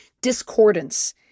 discordance